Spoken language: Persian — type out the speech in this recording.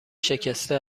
شکسته